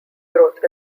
growth